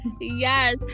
Yes